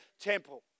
temple